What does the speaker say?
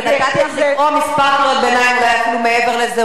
אני נתתי לך לקרוא כמה קריאות ביניים ואולי אפילו מעבר לזה.